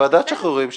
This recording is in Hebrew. ועדת השחרורים תקבע.